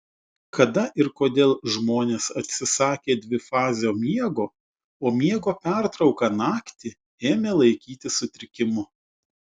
kada ir kodėl žmonės atsisakė dvifazio miego o miego pertrauką naktį ėmė laikyti sutrikimu